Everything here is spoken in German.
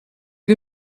wir